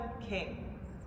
kings